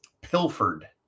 pilfered